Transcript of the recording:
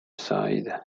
side